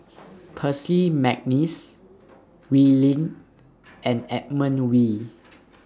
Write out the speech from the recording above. Percy Mcneice Wee Lin and Edmund Wee